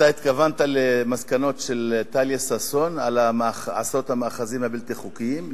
אתה התכוונת למסקנות של טליה ששון על עשרות המאחזים הבלתי-חוקיים?